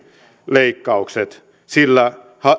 leikkaukset niillä